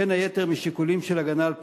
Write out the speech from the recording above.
בין היתר משיקולים של הגנה על פרטיות.